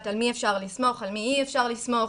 על מי אפשר לסמוך ועל מי אי אפשר לסמוך.